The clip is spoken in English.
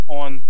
on